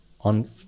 on